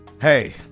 Hey